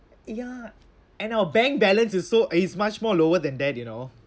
ya and our bank balance is so is much more lower than that you know